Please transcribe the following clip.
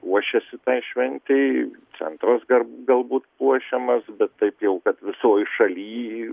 ruošiasi tai šventei centras dar galbūt puošiamas bet taip jau kad visoj šaly